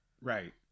Right